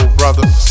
brothers